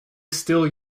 still